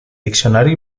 diccionari